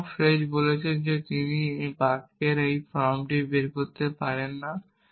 সুতরাং Frege বলছেন যে তিনি বাক্যের এই ফর্মটি বের করতে পারেন না